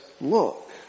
look